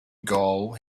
gaul